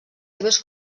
seves